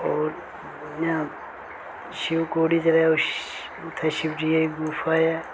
होर इयां शिवखोड़ी जेह्ड़े उत्थै शिवजी दी गुफा ऐ